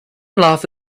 laugh